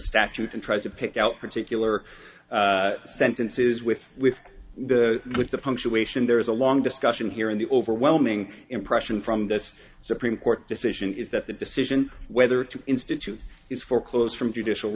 statute and tries to pick out particular sentences with with the with the punctuation there is a long discussion here in the overwhelming impression from this supreme court decision is that the decision whether to institute is for close from judicial